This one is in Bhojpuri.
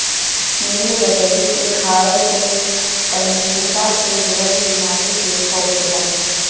निलबदरी के खाए से तंत्रिका से जुड़ल बीमारी ठीक होखेला